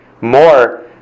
more